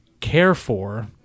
Carefor